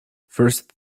first